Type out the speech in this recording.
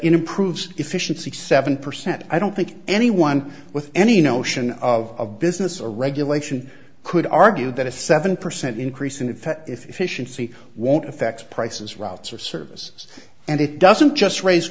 improves efficiency seven percent i don't think anyone with any notion of business or regulation could argue that a seven percent increase in the efficiency won't affect prices routes or services and it doesn't just raise